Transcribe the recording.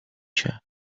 się